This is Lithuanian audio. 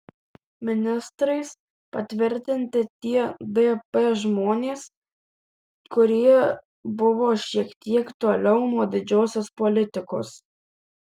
ministrais patvirtinti tie dp žmonės kurie buvo šiek tiek toliau nuo didžiosios politikos